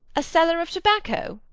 a seller of tobacco?